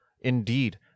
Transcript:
Indeed